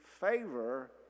favor